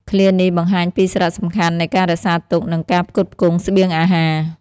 ឃ្លានេះបង្ហាញពីសារៈសំខាន់នៃការរក្សាទុក និងការផ្គត់ផ្គង់ស្បៀងអាហារ ។